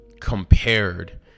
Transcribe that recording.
compared